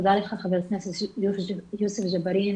תודה לך, חבר הכנסת יוסף ג'בארין